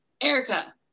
Erica